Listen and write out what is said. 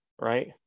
right